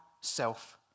self